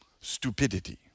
stupidity